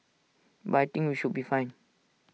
but I think we should be fine